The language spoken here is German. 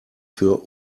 für